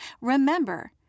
Remember